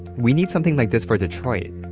we need something like this for detroit.